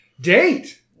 Date